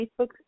Facebook